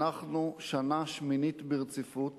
אנחנו שנה שמינית ברציפות